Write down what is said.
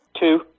Two